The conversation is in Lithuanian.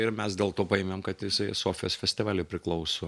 ir mes dėl to paėmėm kad jisai sofijos festivaliui priklauso